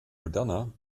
moderner